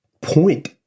point